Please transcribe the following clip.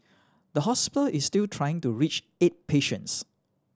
the hospital is still trying to reach eight patients